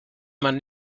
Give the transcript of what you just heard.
man